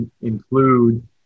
include